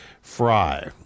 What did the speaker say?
Fry